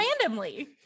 randomly